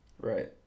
Right